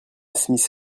smith